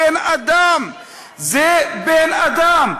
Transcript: בן-אדם זה בן-אדם.